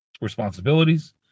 responsibilities